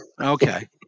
okay